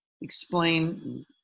explain